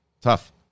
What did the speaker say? Tough